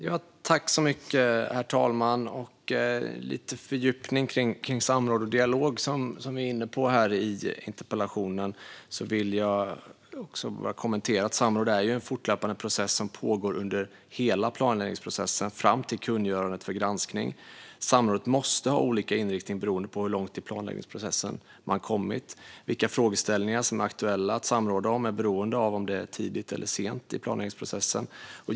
Herr talman! Vi är lite grann inne i en fördjupning kring samråd och dialog, och jag vill göra kommentaren att samråd är en fortlöpande process som pågår under hela planläggningsprocessen, fram till kungörandet för granskning. Samrådet måste ha olika inriktning beroende på hur långt i planläggningsprocessen man har kommit. Vilka frågeställningar som är aktuella för samråd är beroende av om det är tidigt eller sent i planläggningsprocessen.